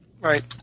Right